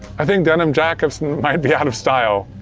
i think denim jackets, might be out of style.